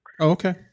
Okay